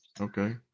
Okay